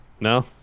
No